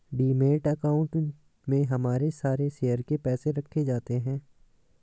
demat account में हमारे सारे शेयर के पैसे रखे जाते हैं